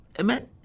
Amen